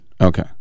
okay